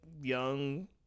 young